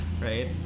right